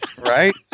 Right